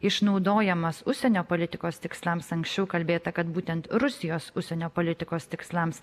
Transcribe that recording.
išnaudojamas užsienio politikos tikslams anksčiau kalbėta kad būtent rusijos užsienio politikos tikslams